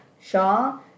Shaw